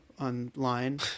online